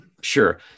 Sure